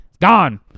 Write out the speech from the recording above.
Gone